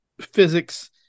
physics